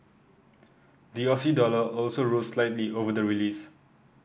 the Aussie dollar also rose slightly over the release